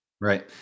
Right